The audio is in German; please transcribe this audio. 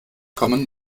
kommen